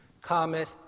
Comet